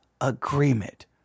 agreement